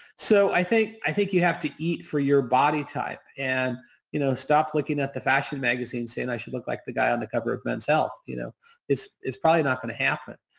so, i think i think you have to eat for your body type and you know stop looking at the fashion magazines saying, i should look like the guy on the cover of men's health. you know it's it's probably not going to happen.